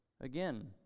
Again